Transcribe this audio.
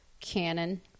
Cannon